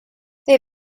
they